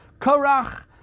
Korach